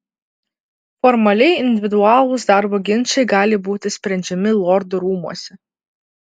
formaliai individualūs darbo ginčai gali būti sprendžiami lordų rūmuose